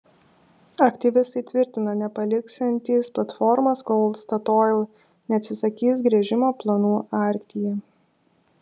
aktyvistai tvirtino nepaliksiantys platformos kol statoil neatsisakys gręžimo planų arktyje